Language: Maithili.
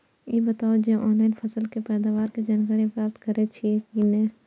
ई बताउ जे ऑनलाइन फसल के पैदावार के जानकारी प्राप्त करेत छिए की नेय?